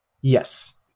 Yes